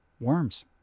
worms